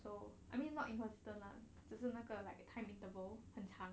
so I mean not inconsistent lah 只是那个 like time interval 很长